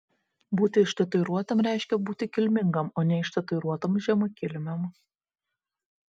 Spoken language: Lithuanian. būti ištatuiruotam reiškia būti kilmingam o neištatuiruotam žemakilmiam